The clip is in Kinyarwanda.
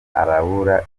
arabura